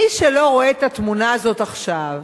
מי שלא רואה את התמונה הזאת עכשיו,